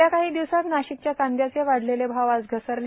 गेल्या काहो दिवसात नाीशकच्या कांदयाचे वाढलेले भाव आज घसरले